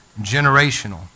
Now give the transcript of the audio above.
generational